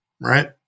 right